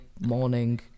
morning